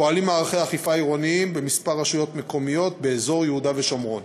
פועלים מערכי אכיפה עירוניים בכמה רשויות מקומיות באזור יהודה ושומרון.